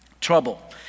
trouble